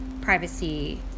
privacy